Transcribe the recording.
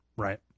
Right